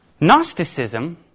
Gnosticism